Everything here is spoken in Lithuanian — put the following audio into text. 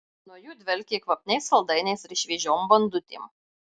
nuo jų dvelkė kvapniais saldainiais ir šviežiom bandutėm